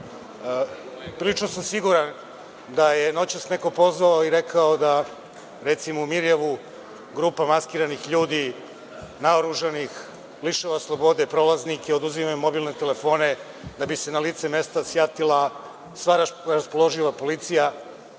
prilično sam siguran da je noćas neko pozvao i rekao da, recimo u Mirijevu, grupa maskiranih ljudi, naoružanih lišava slobode prolaznike, oduzima im mobilne telefone da bi se na lice mesta sjatila sva raspoloživa policija